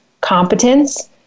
competence